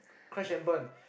crash and burn